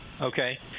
Okay